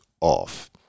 off